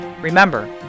Remember